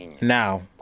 now